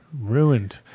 Ruined